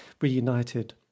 Reunited